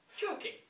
joking